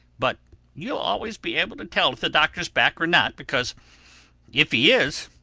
but you'll always be able to tell if the doctor's back or not because if he is,